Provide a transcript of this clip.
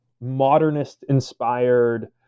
modernist-inspired